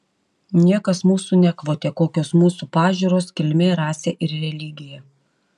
niekas mūsų nekvotė kokios mūsų pažiūros kilmė rasė ir religija